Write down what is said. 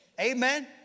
Amen